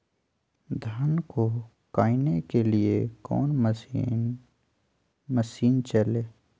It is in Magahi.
धन को कायने के लिए कौन मसीन मशीन चले?